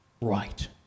right